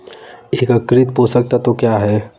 एकीकृत पोषक तत्व क्या है?